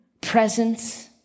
presence